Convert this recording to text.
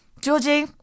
Georgie